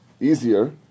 easier